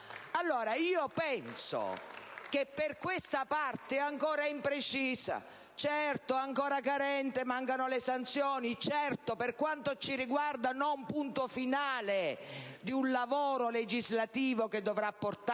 penso che per questa parte (ancora imprecisa, certo, ancora carente, mancano le sanzioni, e per quanto ci riguarda non punto finale di un lavoro legislativo che dovrà portare